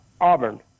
Auburn